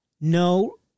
No